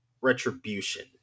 retribution